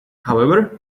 however